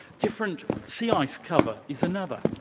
different sea ice cover is another.